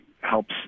helps